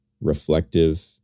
reflective